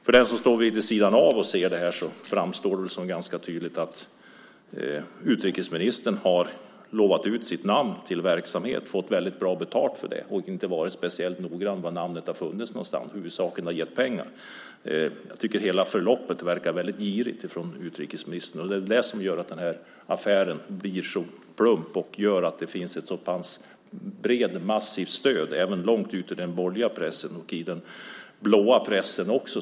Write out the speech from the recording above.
För den står lite vid sidan av och ser det här framstår det väl som ganska tydligt att utrikesministern har lånat ut sitt namn till en verksamhet, fått väldigt bra betalt för det och inte varit speciellt noggrann med var namnet har funnits någonstans. Huvudsaken har varit att det har gett pengar. Jag tycker att hela förloppet verkar väldigt girigt från utrikesministerns sida. Det är det som gör att den här affären blir så plump. Det gör att det finns ett brett och massivt stöd även långt ute i den borgerliga pressen, och i den blåa pressen också.